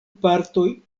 partoj